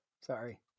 Sorry